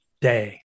day